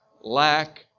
lack